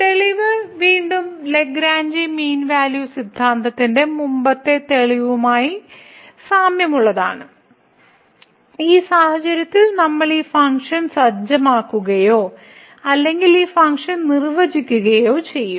തെളിവ് വീണ്ടും Lagrange mean value സിദ്ധാന്തത്തിന്റെ മുമ്പത്തെ തെളിവുമായി സാമ്യമുള്ളതാണ് ഈ സാഹചര്യത്തിൽ നമ്മൾ ഈ ഫംഗ്ഷൻ സജ്ജമാക്കുകയോ അല്ലെങ്കിൽ ഒരു ഫംഗ്ഷൻ നിർവചിക്കുകയോ ചെയ്യുന്നു